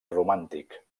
romàntic